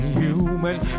human